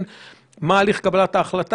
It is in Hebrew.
מספר החוקרים ומשך החקירה לא עומדים בהיקף